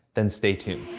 then stay tuned.